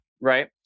right